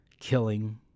killing